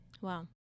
Wow